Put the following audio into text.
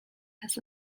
his